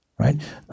right